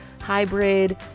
hybrid